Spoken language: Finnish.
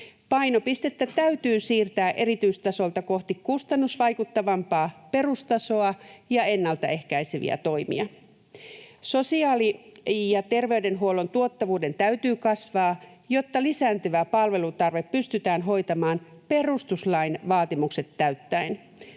Painopistettä täytyy siirtää erityistasolta kohti kustannusvaikuttavampaa perustasoa ja ennaltaehkäiseviä toimia. Sosiaali- ja terveydenhuollon tuottavuuden täytyy kasvaa, jotta lisääntyvä palveluntarve pystytään hoitamaan perustuslain vaatimukset täyttäen.